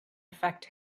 affect